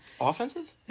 Offensive